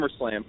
SummerSlam